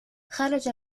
خرج